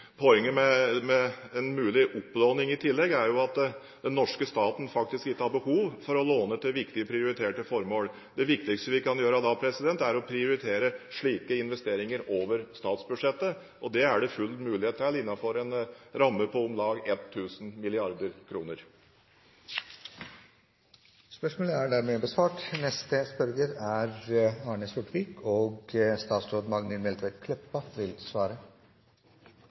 Poenget med en mulig opplåning i tillegg er at den norske staten faktisk ikke har behov for å låne til viktige prioriterte formål. Det viktigste vi kan gjøre da, er å prioritere slike investeringer over statsbudsjettet, og det er det full mulighet til innenfor en ramme på om lag 1 000 mrd. kr. Spørsmålet er som følger: «Av 15 dødsulykker i trafikken i oktober 2011 er